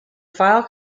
file